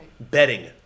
Betting